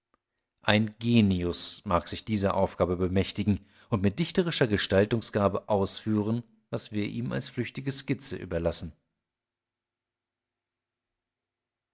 ein genius mag sich dieser aufgabe bemächtigen und mit dichterischer gestaltungsgabe ausführen was wir ihm als flüchtige skizze überlassen